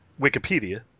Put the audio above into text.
Wikipedia